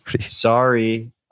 Sorry